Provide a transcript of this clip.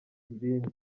ibindi